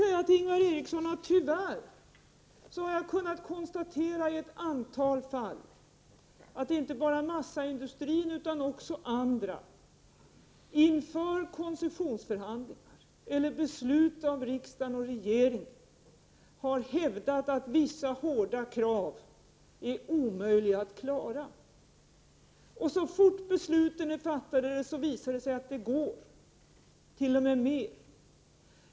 Till Ingvar Eriksson vill jag säga att jag i ett antal fall tyvärr har kunnat konstatera att det inte bara är massaindustrin utan även andra som inför koncessionsförhandlingar eller inför beslut av riksdag och regering har hävdat att vissa hårda krav är omöjliga att klara. Så fort besluten sedan är fattade visar det sig att det är möjligt att uppfylla kraven, t.o.m. mer.